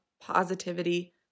positivity